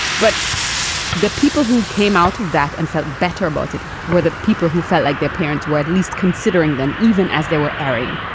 but the people who came out of that and felt better about it were the people who felt like their parents were at least considering them even as they were airing.